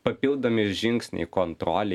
papildomi žingsniai kontrolei